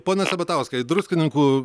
pone sabatauskai druskininkų